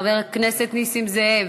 חבר הכנסת נסים זאב,